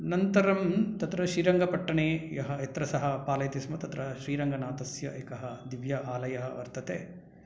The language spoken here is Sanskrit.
अनन्तरं तत्र श्रीरङ्गपट्टने यः यत्र सः पालयति स्म तत्र श्रीरङ्गनाथस्य एकः दिव्य आलयः वर्तते